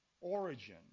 Origin